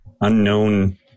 unknown